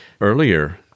Earlier